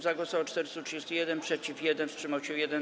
Za głosowało 431, przeciw - 1, wstrzymał się 1.